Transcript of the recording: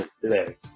today